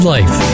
Life